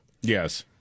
Yes